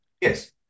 Yes